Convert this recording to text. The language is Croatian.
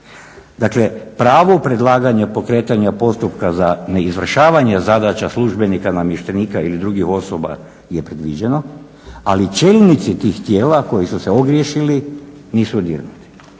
Dakle pravo predlaganja pokretanja postupka za neizvršavanje zadaća službenika, namještenika ili drugih osoba je predviđeno, ali čelnici tih tijela koji su se ogriješili nisu dirnuti.